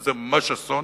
וזה ממש אסון.